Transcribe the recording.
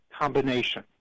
combination